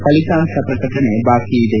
ಫಲಿತಾಂಶ ಪ್ರಕಟಣೆ ಬಾಕಿ ಇದೆ